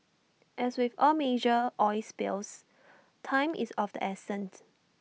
as with all major oil spills time is of the essence